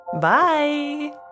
Bye